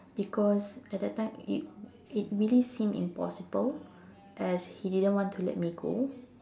because at that time it it really seemed impossible as he didn't want to let me go